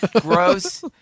gross